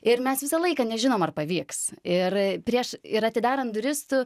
ir mes visą laiką nežinom ar pavyks ir prieš ir atidarant duris